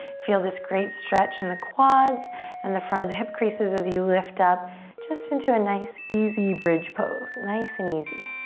feel this great stretch in the quads and the front of the hip creases as you lift up just into a nice, easy bridge pose. nice and easy.